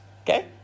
Okay